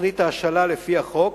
לתוכנית ההשאלה לפי החוק,